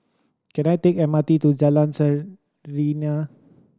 can I take M R T to Jalan Serene